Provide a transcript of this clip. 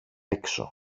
έξω